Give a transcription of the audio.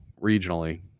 regionally